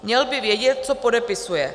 Měl by vědět, co podepisuje.